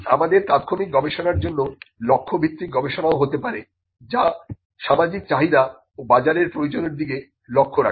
আমাদের তাৎক্ষণিক গবেষণার জন্য লক্ষ্যভিত্তিক গবেষণাও হতে পারে যা সামাজিক চাহিদা ও বাজারের প্রয়োজনের দিকে লক্ষ্য রাখে